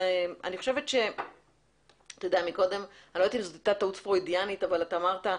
אני לא יודעת אם זאת הייתה טעות פרוידיאנית אבל אמרת קודם: